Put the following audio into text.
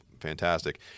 fantastic